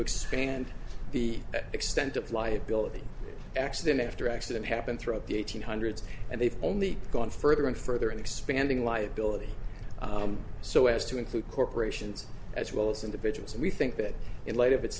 expand the extent of liability accident after accident happened throughout the eighteen hundreds and they've only gone further and further in expanding liability so as to include corporations as well as individuals and we think that in light of its